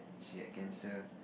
she had cancer